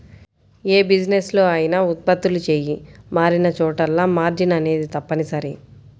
యే బిజినెస్ లో అయినా ఉత్పత్తులు చెయ్యి మారినచోటల్లా మార్జిన్ అనేది తప్పనిసరి